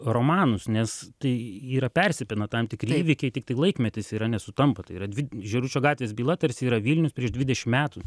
romanus nes tai yra persipina tam tikri įvykiai tiktai laikmetis yra nesutampa tai yra dvi žėručio gatvės byla tarsi yra vilnius prieš dvidešim metų